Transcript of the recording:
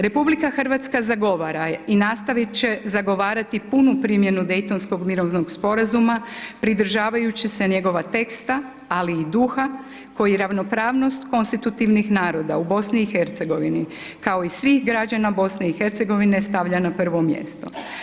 RH zagovora i nastojati će zagovarati punu primjenu Dejtonskog mirovnog sporazuma pridržavajući se njegova teksta ali i duha koji ravnopravnost konstitutivnih naroda u BIH, kao i svih građana BIH stavlja na prvo mjesto.